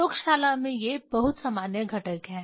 प्रयोगशाला में ये बहुत सामान्य घटक हैं